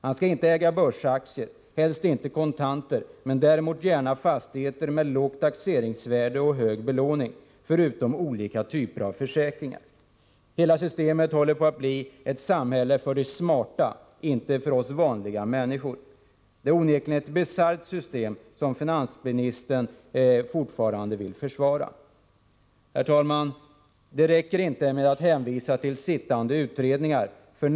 Han skall inte äga börsaktier, helst inte kontanter, däremot gärna fastigheter med lågt taxeringsvärde och hög belåning, förutom olika typer av försäkringar. Systemet håller på att göra vårt samhälle till ett samhälle för de smarta, inte för oss vanliga människor. Det är onekligen ett bisarrt system som finansministern fortfarande vill försvara. Herr talman, det räcker inte med att hänvisa till sittande utredningar.